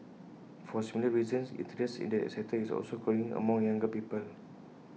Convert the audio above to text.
for similar reasons interest in the sector is also growing among younger people